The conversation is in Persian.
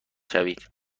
شوید